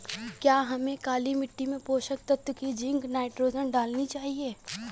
क्या हमें काली मिट्टी में पोषक तत्व की जिंक नाइट्रोजन डालनी चाहिए?